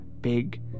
big